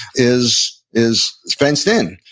is is fenced in.